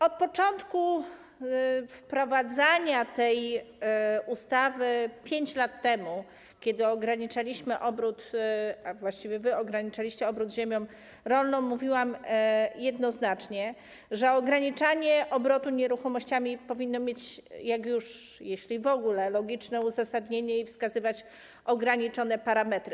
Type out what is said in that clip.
Od początku wprowadzania tej ustawy, 5 lat temu, kiedy ograniczaliśmy, a właściwie wy ograniczaliście obrót ziemią rolną, mówiłam jednoznacznie, że ograniczanie obrotu nieruchomościami powinno mieć, jeśli w ogóle, logiczne uzasadnienie i wskazywać ograniczone parametry.